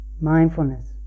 mindfulness